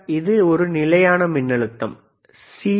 இது நிலையான மின்னழுத்தம் சி